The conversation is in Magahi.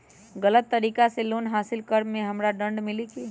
गलत तरीका से लोन हासिल कर्म मे हमरा दंड मिली कि?